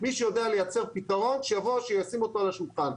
מי שיודע ליצר פתרון שיבוא וישים אותו על השולחן.